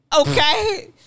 Okay